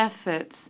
efforts